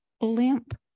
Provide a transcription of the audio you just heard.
limp